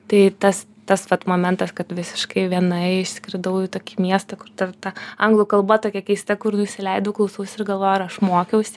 tai tas tas vat momentas kad visiškai viena išskridau į tokį miestą kur ter ta anglų kalba tokia keista kur nusileidau klausausi ir galvoju ar aš mokiausi